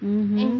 mmhmm